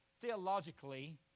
theologically